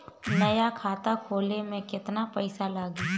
नया खाता खोले मे केतना पईसा लागि?